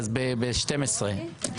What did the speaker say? אז ב-12:00.